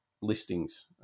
listings